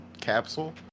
capsule